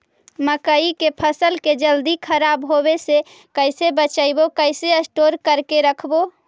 मकइ के फ़सल के जल्दी खराब होबे से कैसे बचइबै कैसे स्टोर करके रखबै?